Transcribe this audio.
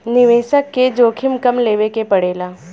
निवेसक के जोखिम कम लेवे के पड़ेला